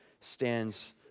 stands